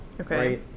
Okay